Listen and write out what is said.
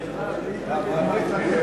ועדת העבודה,